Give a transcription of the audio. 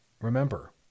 remember